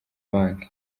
bank